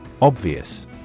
Obvious